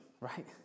right